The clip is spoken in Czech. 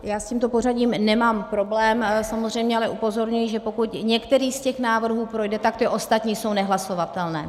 Já s tímto pořadím nemám problém samozřejmě, ale upozorňuji, že pokud některý z těch návrhů projde, tak ty ostatní jsou nehlasovatelné.